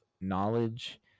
knowledge